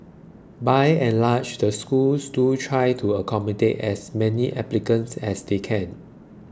by and large the schools do try to accommodate as many applicants as they can